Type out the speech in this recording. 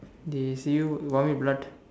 they see you vomit blood